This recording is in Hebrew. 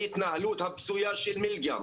מההתנהלות הבזויה של מלגם,